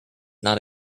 not